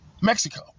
Mexico